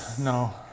No